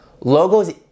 Logos